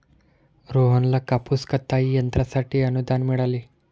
रोहनला कापूस कताई यंत्रासाठी अनुदान मिळाले